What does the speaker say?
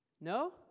No